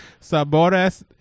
sabores